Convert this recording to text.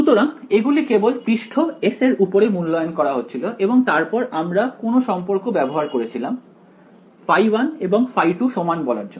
সুতরাং এগুলি কেবল পৃষ্ঠ S এর উপরে মূল্যায়ন করা হচ্ছিল এবং তারপর আমরা কোন সম্পর্ক ব্যবহার করেছিলাম ϕ1 এবং ϕ2 সমান বলার জন্য